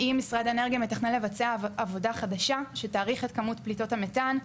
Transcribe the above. האם משרד האנרגיה מתכנן לבצע עבודה חדשה שתאריך את כמות פליטות המתאן,